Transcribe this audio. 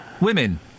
Women